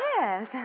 Yes